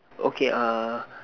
okay uh